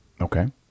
Okay